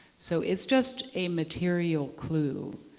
so it's just a material clue.